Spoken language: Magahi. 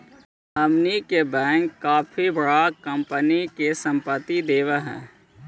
हमनी के बैंक काफी बडा कंपनी के संपत्ति देवऽ हइ